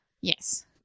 Yes